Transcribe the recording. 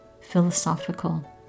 Philosophical